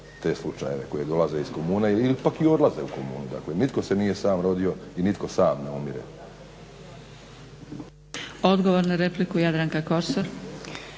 te slučajeve koji dolaze iz komune i ipak i odlaze u komunu. Dakle, nitko se nije sam rodio i nitko sam ne umire. **Zgrebec, Dragica (SDP)** Odgovor na repliku, Jadranka Kosor.